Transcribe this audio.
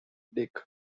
dyck